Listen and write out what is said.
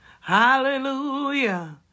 hallelujah